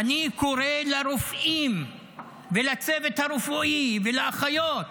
ואני קורא לרופאים ולצוות הרפואי ולאחיות,